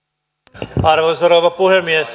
arvoisa rouva puhemies